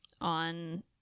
on